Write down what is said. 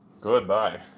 Goodbye